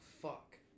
Fuck